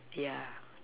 yeah